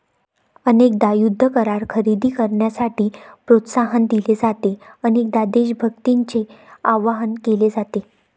अनेकदा युद्ध करार खरेदी करण्यासाठी प्रोत्साहन दिले जाते, अनेकदा देशभक्तीचे आवाहन केले जाते